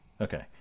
Okay